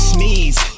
Sneeze